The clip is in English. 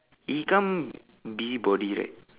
if he come busybody right